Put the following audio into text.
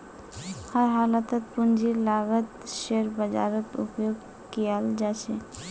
हर हालतत पूंजीर लागतक शेयर बाजारत उपयोग कियाल जा छे